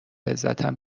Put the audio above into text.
عزتم